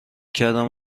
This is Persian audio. کردم